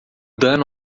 dano